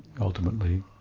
ultimately